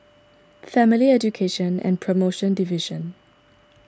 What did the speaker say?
Family Education and Promotion Division